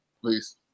Please